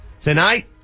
Tonight